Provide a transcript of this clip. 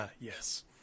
Yes